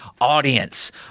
audience